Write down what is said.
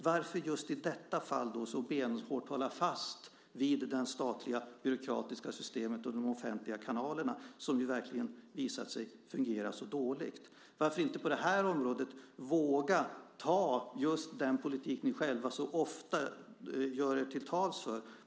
Varför då just i detta fall så benhårt hålla fast vid det statliga byråkratiska systemet och de offentliga kanalerna, som verkligen har visat sig fungera så dåligt? Varför inte på det här området våga driva just den politik som ni själva så ofta talar er varma för?